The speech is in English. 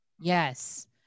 Yes